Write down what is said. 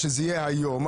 שזה יהיה היום,